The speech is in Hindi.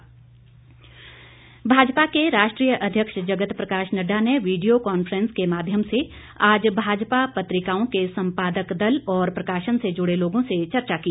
नड़डा भाजपा के राष्ट्रीय अध्यक्ष जगत प्रकाश नड्डा ने वीडियो कांफ्रेंस के माध्यम से आज भाजपा पत्रिकाओं के संपादक दल और प्रकाशन से जुड़े लोगों से चर्चा की